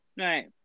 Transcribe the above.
right